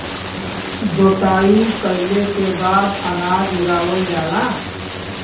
जोताई कइले के बाद अनाज उगावल जाला